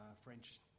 French